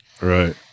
Right